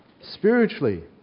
Spiritually